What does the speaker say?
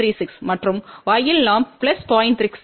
36 மற்றும் y இல் நாம் 0